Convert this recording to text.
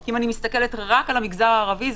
כי אם אני מסתכלת רק על המגזר הערבי,